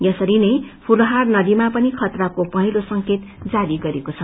यसरी नै फूलोहार नदीामा पनि खतराको पहेलो संकेत जारी गरिएको छ